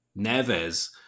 Neves